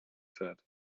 said